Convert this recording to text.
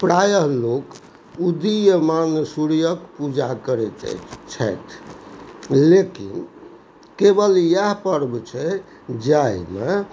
प्रायः लोक उदीयमान सूर्यके पूजा करै छथि लेकिन केवल इएह पर्व छै जाहिमे